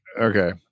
Okay